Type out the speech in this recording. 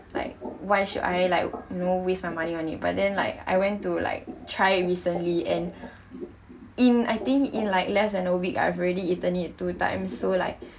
like why should I like you know waste my money on it but then like I went to like try it recently and in I think in like less than a week I've already eaten it two times so like